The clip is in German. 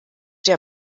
der